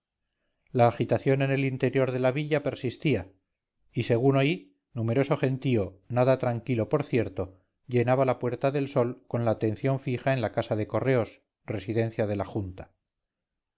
la agitación en el interior de la villa persistía y según oí numeroso gentío nada tranquilo por cierto llenaba la puerta del sol con la atención fija en la casa de correos residencia de la junta